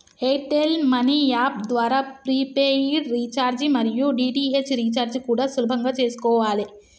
air tell money app ద్వారా prepaid recharge మరియు DTH recharge కూడా సులభంగా చేసుకోవాలే